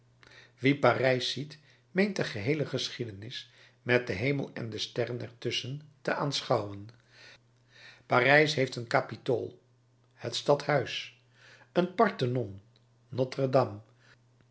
wie parijs ziet meent de geheele geschiedenis met den hemel en de sterren er tusschen te aanschouwen parijs heeft een kapitool het stadhuis een parthenon notre